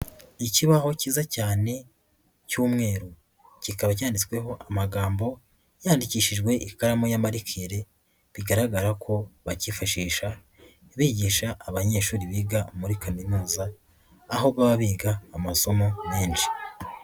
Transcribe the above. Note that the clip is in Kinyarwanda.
Ikibaho kiza cyane cy'umweru. Kikaba cyanditsweho amagambo yandikishijwe ikaramu ya marikeli. Bigaragara ko bakifashisha bigisha abanyeshuri biga muri kaminuza aho baba biga amasomo menshi.